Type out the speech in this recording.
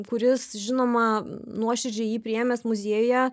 kuris žinoma nuoširdžiai jį priėmęs muziejuje